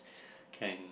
can